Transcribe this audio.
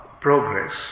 progress